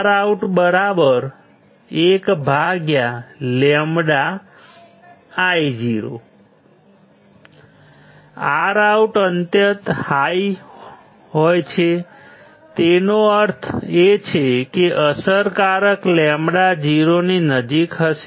ROUT1λIo ROUT અત્યંત high છે તેનો અર્થ એ છે કે અસરકારક λ 0 ની નજીક હશે